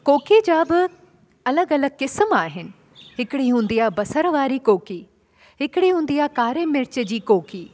कोकीअ जा बि अलॻि अलॻि क़िस्म आहिनि हिकिड़ी हूंदी आहे बसर वारी कोकी हिकिड़ी हूंदी आहे कारे मिर्च जी कोकी